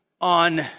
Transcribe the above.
on